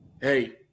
hey